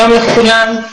שלום לכולם,